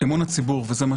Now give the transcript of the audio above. אמון הציבור וזה מה